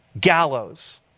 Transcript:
gallows